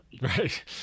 Right